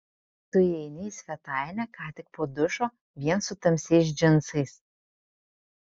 tu įeini į svetainę ką tik po dušo vien su tamsiais džinsais